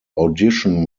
audition